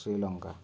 Sri Lanka